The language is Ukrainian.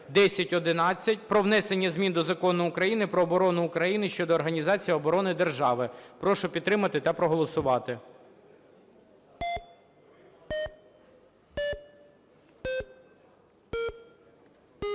1011) про внесення змін до Закону України "Про оборону України" щодо організації оборони держави. Прошу підтримати та проголосувати.